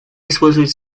использовать